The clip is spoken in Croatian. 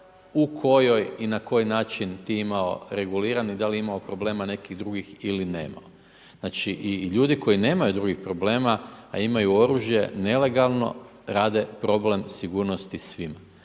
u kojoj i na koji način ti imao reguliran i da li imao problema nekih drugih ili nemao. Znači, i ljudi koji nemaju drugih problema, a imaju oružje nelegalno rade problem sigurnosti svima.